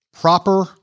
proper